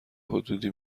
حدودی